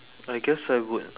I guess I would